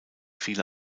viele